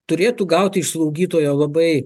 turėtų gauti iš slaugytojo labai